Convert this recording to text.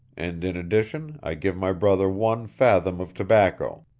and in addition i give my brother one fathom of tobacco.